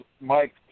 Mike